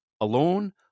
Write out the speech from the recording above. Alone